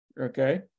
Okay